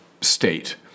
state